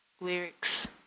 lyrics